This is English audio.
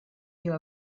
you